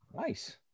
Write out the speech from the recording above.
Nice